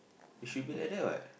is she play like that what